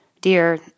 Dear